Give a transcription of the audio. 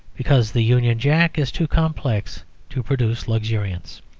because the union jack is too complex to produce luxuriance.